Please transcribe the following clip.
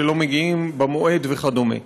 שלא מגיעים במועד וכדומה.